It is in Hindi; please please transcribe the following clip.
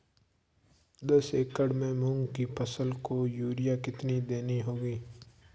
दस एकड़ में मूंग की फसल को यूरिया कितनी देनी होगी?